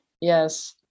Yes